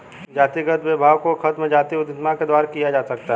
जातिगत भेदभाव को खत्म जातीय उद्यमिता के द्वारा किया जा सकता है